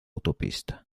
autopista